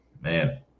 man